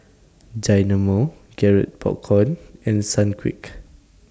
Dynamo Garrett Popcorn and Sunquick